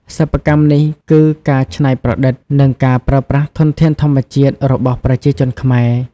សិប្បកម្មនេះគឺ ការច្នៃប្រឌិតនិងការប្រើប្រាស់ធនធានធម្មជាតិរបស់ប្រជាជនខ្មែរ។